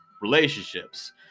relationships